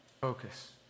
focus